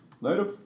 Later